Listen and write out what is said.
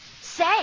Say